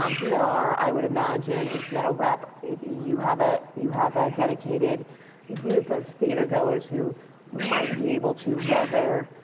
um who are i would imagine in seattle rep you have ah you have a dedicated group of theater goers who might be able to weather